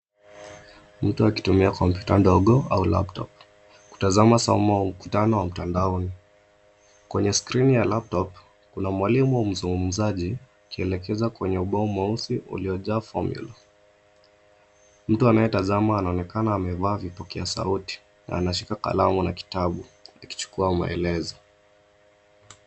Mtu akitumia kompyuta ndogo, au laptop , kutazama somo au mkutano wa mtandaoni. Kwenye skrini ya laptop , kuna mwalimu mzungumzaji, akielekeza kwenye ubao mweusi, uliojaa fomyula. Mtu anayetazama, anaonekana amevaa vipokea sauti, na anashika kalamu na kitabu, akichukua maelezo.